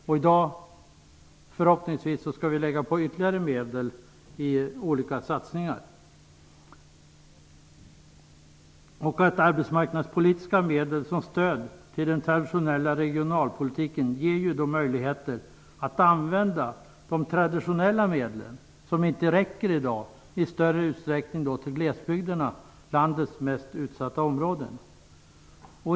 I dag skall vi förhoppningsvis fördela ytterligare medel till olika satsningar. Arbetsmarknadspolitiska medel som stöd till den traditionella regionalpolitiken ger möjligheter att i större utsträckning använda de sedvanliga medlen, som inte räcker i dag, till glesbygderna. De är landets mest utsatta områden.